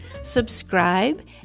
subscribe